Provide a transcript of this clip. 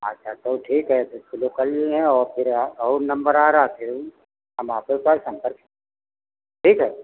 अच्छा तो ठीक है कह दो कल जईहे औ फिर और नंबर आ रहा फिर औ हम आप ही के पास संपर्क ठीक है